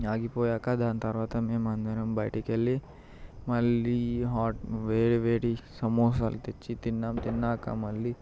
ఆగిపోయాక దాని తరువాత మేము అందరం బయటకి వెళ్ళి మళ్ళీ హాట్ వేడి వేడి సమోసాలు తెచ్చి తిన్నాము తిన్నాక మళ్ళీ